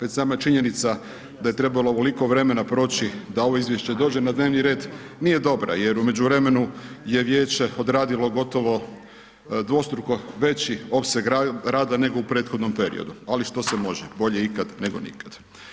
Već sama činjenica da je trebalo ovoliko vremena proći da ovo izvješće dođe na dnevni red nije dobra jer u međuvremenu je vijeće odradilo gotovo dvostruko veći opseg rada nego u prethodnom periodu ali što se može, bolje nego nikad.